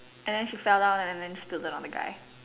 and then she fell down and then spilt it on the guy